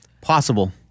Possible